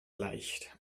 leicht